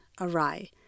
awry